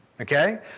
Okay